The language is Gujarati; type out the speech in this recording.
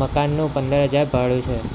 મકાનનું પંદર હજાર ભાડું છે